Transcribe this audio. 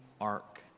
ark